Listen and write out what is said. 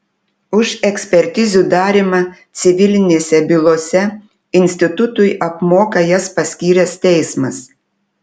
už ekspertizių darymą civilinėse bylose institutui apmoka jas paskyręs teismas